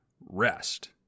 rest